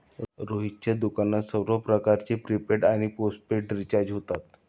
रोहितच्या दुकानात सर्व प्रकारचे प्रीपेड आणि पोस्टपेड रिचार्ज होतात